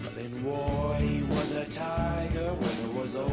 in war he was a tiger when it was